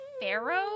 pharaoh